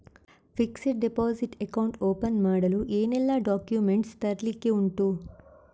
Fixed deposit account open ಮಾಡಲು ಏನೆಲ್ಲಾ documents ತರ್ಲಿಕ್ಕೆ ಉಂಟು?